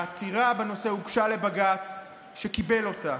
עתירה בנושא הוגשה לבג"ץ והוא קיבל אותה,